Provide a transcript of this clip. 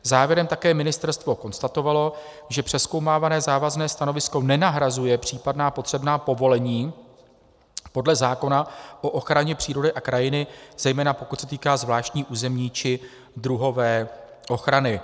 Závěrem také ministerstvo konstatovalo, že přezkoumávané závazné stanovisko nenahrazuje případná potřebná povolení podle zákona o ochraně přírody a krajiny, zejména pokud se týká zvláštní územní či druhové ochrany.